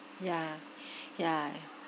yeah ya